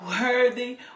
worthy